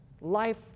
life